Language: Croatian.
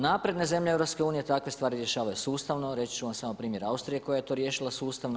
Napredne zemlje EU-a takve stvari rješavaju sustavno, reći ću vam samo primjer Austrije koja je to riješila sustavno.